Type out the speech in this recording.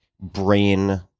Brain